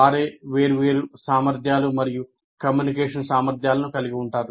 వారే వేర్వేరు సామర్థ్యాలు మరియు కమ్యూనికేషన్ సామర్ధ్యాలను కలిగి ఉంటారు